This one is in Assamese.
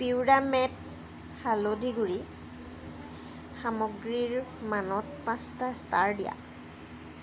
পিউৰামেট হালধি গুড়ি সামগ্ৰীৰ মানত পাঁচটা ষ্টাৰ দিয়া